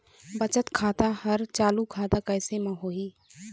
बचत खाता हर चालू खाता कैसे म होही?